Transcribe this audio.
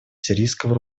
сирийского